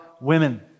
women